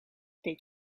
deed